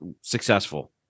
successful